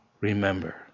remember